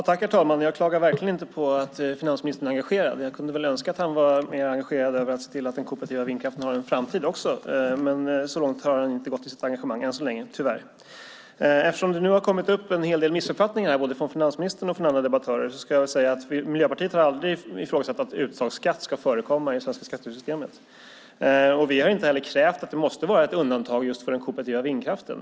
Herr talman! Jag klagar verkligen inte på att finansministern är engagerad. Jag kunde önska att han var mer engagerad i att se till att den kooperativa vindkraften har en framtid också. Men så långt har han tyvärr inte gått i sitt engagemang än så länge. Eftersom det nu har kommit fram en hel del missuppfattningar både från finansministern och från andra debattörer ska jag säga att Miljöpartiet aldrig har ifrågasatt att uttagsskatt ska förekomma i det svenska skattesystemet. Vi har inte heller krävt att det måste vara ett undantag just för den kooperativa vindkraften.